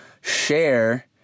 share